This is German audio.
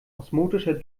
osmotischer